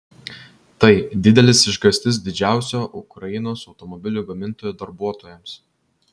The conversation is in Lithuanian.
tai didelis išgąstis didžiausio ukrainos automobilių gamintojo darbuotojams